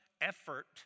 effort